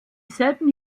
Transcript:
selben